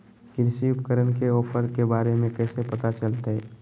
कृषि उपकरण के ऑफर के बारे में कैसे पता चलतय?